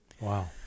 Wow